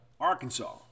Arkansas